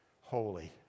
Holy